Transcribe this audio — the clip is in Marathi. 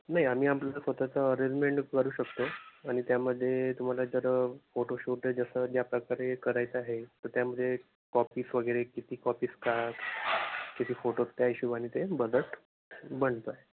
नाही आम्ही आपलं स्वत चं अरेंजमेंट करू शकतो आणि त्यामध्ये तुम्हाला जर फोटोशूट आहे जसं ज्याप्रकारे करायचं आहे तर त्यामध्ये कॉपीस वगैरे किती कॉपीस का किती फोटोज त्या हिशोबाने ते बजट बनतं